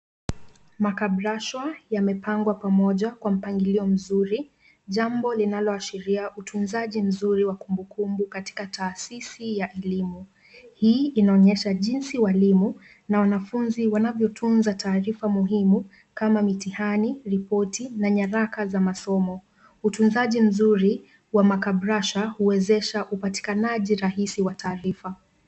Makabrasha yamepangwa pamoja kwa mpangilio mzuri, jambo linaloashiria utunzaji mzuri wa kumbukumbu katika taasisi ya elimu. Hii inaonyesha jinsi walimu na wanafunzi wanvyotunza taarifa muhimu kama mitihani, ripoti na nyaraka za masomo. Utunzaji mzuri wa makabrasha huwezesha upatikanaji rahisi wa taarifa.